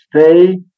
stay